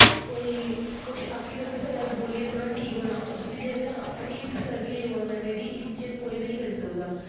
कोई कुछ आक्खी थोड़ी ना सकदा ऐ बोलियै थोडा ठीक होना ओह् जिन्नी देर तक्कर आपूं नेईं हिम्मत करगे योगा करने दी इन्ने चिर कोई बी नेई करी सकदा